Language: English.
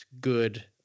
good